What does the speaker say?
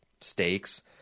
stakes